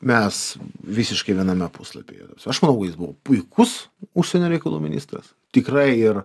mes visiškai viename puslapyje aš manau kad jis buvo puikus užsienio reikalų ministras tikrai ir